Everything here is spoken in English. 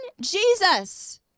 Jesus